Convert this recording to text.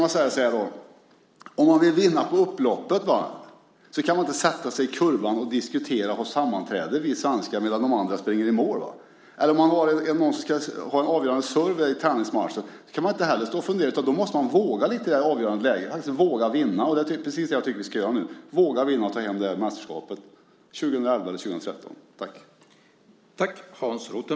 Man kan säga så här: Om vi vill vinna på upploppet kan vi svenskar inte sätta oss ned i kurvan och diskutera och ha sammanträde medan de andra springer i mål. Inte heller kan den som har en avgörande serve i en tennismatch stå och fundera. Man måste våga lite i det avgörande läget. Man måste våga vinna. Det är precis det jag tycker att vi nu ska göra. Vi ska våga vinna och ta hem det här mästerskapet år 2011 eller år 2013.